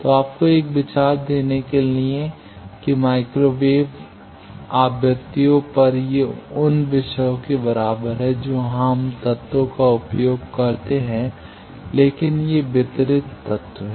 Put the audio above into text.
तो आपको एक विचार देने के लिए कि माइक्रो वेव माइक्रो वेव आवृत्तियों पर ये उन विषयों के बराबर हैं जो यहां हम तत्वों का उपयोग नहीं करते हैं लेकिन ये वितरित तत्व हैं